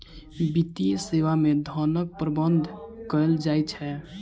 वित्तीय सेवा मे धनक प्रबंध कयल जाइत छै